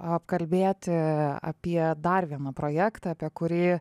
apkalbėti apie dar vieną projektą apie kurį